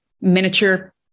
miniature